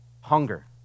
Hunger